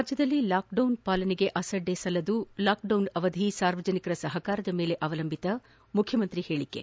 ರಾಜ್ಯದಲ್ಲಿ ಲಾಕ್ಡೌನ್ ಪಾಲನೆಗೆ ಅಸಡ್ಡೆ ಸಲ್ಲದು ಲಾಕ್ಡೌನ್ ಅವಧಿ ಸಾರ್ವಜನಿಕರ ಸಹಕಾರದ ಮೇಲೆ ಅವಲಂಬಿತ ಮುಖ್ಯಮಂತ್ರಿ ಪ್ರತಿಪಾದನೆ